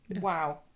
Wow